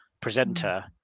presenter